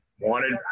wanted